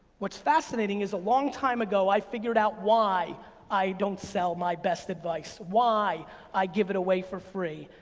what's fascinating is a long time ago, i figured out why i don't sell my best advice, why i give it away for free.